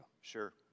Sure